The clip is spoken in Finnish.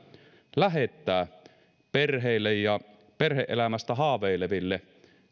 lähettää perheille ja kaikille perhe elämästä haaveileville